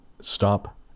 stop